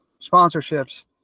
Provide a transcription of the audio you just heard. sponsorships